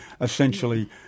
essentially